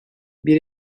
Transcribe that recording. bir